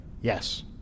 yes